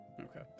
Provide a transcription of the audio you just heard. Okay